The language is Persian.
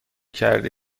کرده